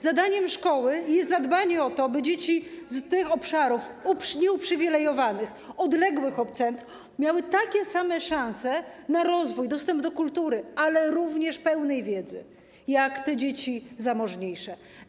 Zadaniem szkoły jest zadbanie o to, by dzieci z obszarów nieuprzywilejowanych, odległych od centrów miały takie same szanse na rozwój, dostęp do kultury, ale również pełnej wiedzy jak te dzieci zamożniejsze.